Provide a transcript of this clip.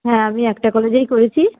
হ্যাঁ আমি একটা কলেজেই করেছি